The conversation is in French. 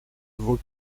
vos